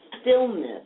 stillness